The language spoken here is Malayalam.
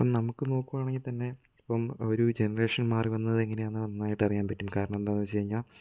നമുക്ക് നോക്കുകയാണെങ്കിൽ തന്നെ ഇപ്പം ഒരു ജനറേഷൻ മാറി വന്നത് എങ്ങനെയാണെന്ന് നന്നായിട്ട് അറിയാന് പറ്റും കാരണം എന്താന്ന് വെച്ചുകഴിഞ്ഞാൽ